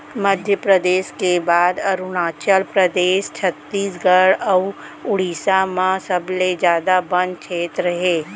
मध्यपरेदस के बाद अरूनाचल परदेस, छत्तीसगढ़ अउ उड़ीसा म सबले जादा बन छेत्र हे